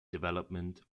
development